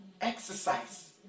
Exercise